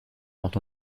quand